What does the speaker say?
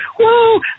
whoa